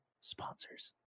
sponsors